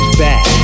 back